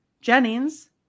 Jennings